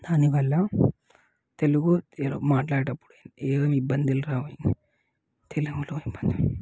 దానివల్ల తెలుగు తెలుగు మాట్లాడేటప్పుడు ఏమీ ఇబ్బందులు రావు తెలుగులో ఇబ్బందులు